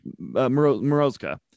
morozka